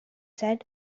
said